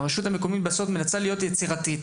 והרשות המקומית בסוף מנסה להיות יצירתית,